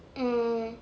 mm